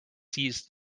seized